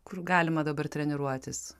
kur galima dabar treniruotis